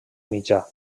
mitjà